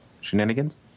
shenanigans